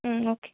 okay